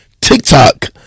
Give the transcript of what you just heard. tiktok